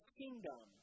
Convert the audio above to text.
kingdom